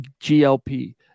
GLP